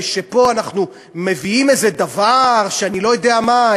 שפה אנחנו מביאים איזה דבר שאני לא יודע מה,